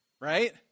Right